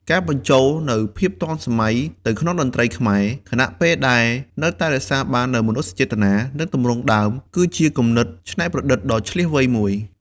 ការបញ្ចូលនូវភាពទាន់សម័យទៅក្នុងតន្ត្រីខ្មែរ ខណៈពេលដែលនៅតែរក្សាបាននូវ មនោសញ្ចេតនា និងទម្រង់ដើម គឺជាគំនិតច្នៃប្រឌិតដ៏ឈ្លាសវៃមួយ។